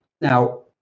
Now